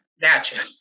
Gotcha